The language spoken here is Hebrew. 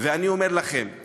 ואני אומר לכם,